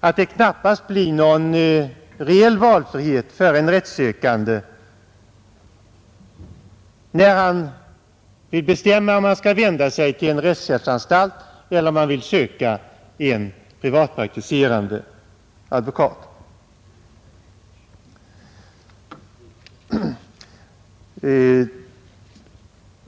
att det knappast blir någon reell valfrihet för en rättssökande, när han vill bestämma om han skall vända sig till en rättshjälpsanstalt eller söka en privatpraktiserande advokat.